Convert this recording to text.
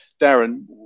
Darren